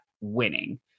winning